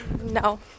No